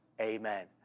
amen